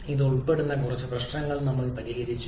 ഇത് ഉൾപ്പെടുന്ന കുറച്ച് പ്രശ്നങ്ങൾ ഞങ്ങൾ പരിഹരിച്ചു